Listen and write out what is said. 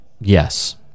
Yes